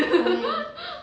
why